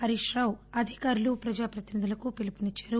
హరీష్ రావు అధికారులు ప్రజాప్రతినిధులకు పిలుపునిద్చారు